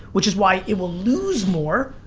which is why it will lose more,